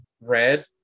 red